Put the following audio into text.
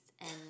and-